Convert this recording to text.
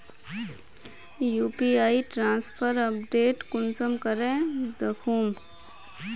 UPI transfer update कुंसम करे दखुम?